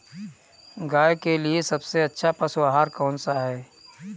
गाय के लिए सबसे अच्छा पशु आहार कौन सा है?